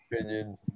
opinion